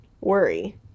worry